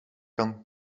kan